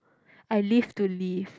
I live to live